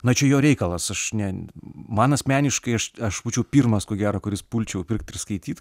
na čia jo reikalas aš ne man asmeniškai aš aš būčiau pirmas ko gero kuris pulčiau pirkt ir skaityt